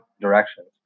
directions